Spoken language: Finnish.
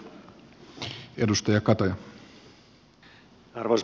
arvoisa puhemies